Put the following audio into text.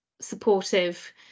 supportive